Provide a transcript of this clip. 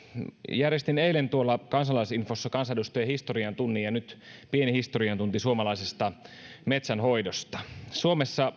järjestin eilen tuolla kansalaisinfossa kansanedustajien historiantunnin ja nyt pieni historiantunti suomalaisesta metsänhoidosta suomessa